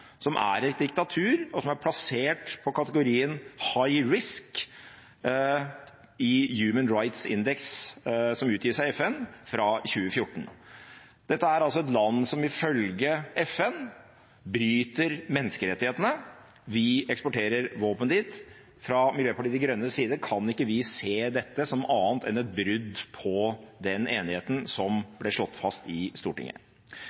som er et diktatur, og som er plassert i kategorien «high risk» i Human Rights Index, som utgis av FN, fra 2014. Dette er altså et land som ifølge FN bryter menneskerettighetene. Vi eksporterer våpen dit. Fra Miljøpartiet De Grønnes side kan ikke vi se dette som annet enn et brudd på den enigheten som ble slått fast i Stortinget.